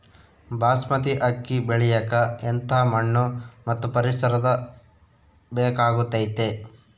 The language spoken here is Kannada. ಬಾಸ್ಮತಿ ಅಕ್ಕಿ ಬೆಳಿಯಕ ಎಂಥ ಮಣ್ಣು ಮತ್ತು ಪರಿಸರದ ಬೇಕಾಗುತೈತೆ?